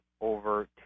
over